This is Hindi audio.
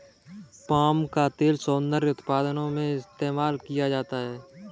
पाम का तेल सौन्दर्य उत्पादों में भी इस्तेमाल किया जाता है